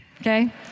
Okay